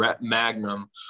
magnum